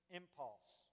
impulse